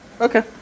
okay